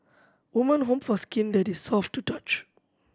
women hope for skin that is soft to touch